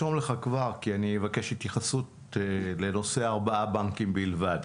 אבקש את התייחסותך לעניין "ארבעה בנקים בלבד"